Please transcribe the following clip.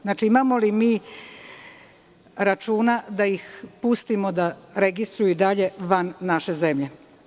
Znači, imamo li mi računa da ih pustimo da registruju i dalje van naše zemlje?